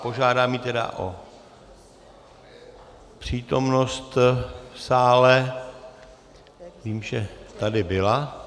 Požádám ji tedy o přítomnost v sále, vím, že tady byla.